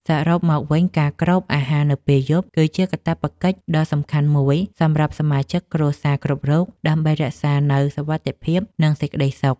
សរុបមកវិញ ការគ្របអាហារនៅពេលយប់ គឺជាកាតព្វកិច្ចដ៏សំខាន់មួយសម្រាប់សមាជិកគ្រួសារគ្រប់រូបដើម្បីរក្សានូវសុវត្ថិភាព និងសេចក្តីសុខ។